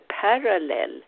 parallel